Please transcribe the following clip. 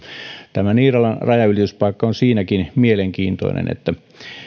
tämä niiralan rajanylityspaikka on siitäkin mielenkiintoinen että